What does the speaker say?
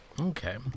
okay